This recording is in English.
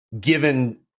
given